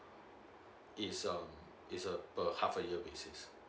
is um is a per half a year basis